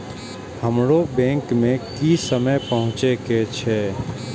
हमरो बैंक में की समय पहुँचे के छै?